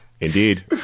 Indeed